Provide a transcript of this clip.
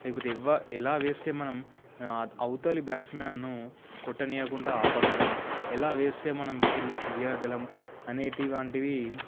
లేకపోతే ఎవ్వ ఎలా వేస్తే మనం అవతలి బ్యాట్స్మెన్ను కొట్టనీయకుండా ఆపగలం ఎలా వేస్తే మనం వికెట్లు తీయ్యగలం అనేటి వంటివి